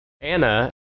Anna